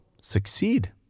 succeed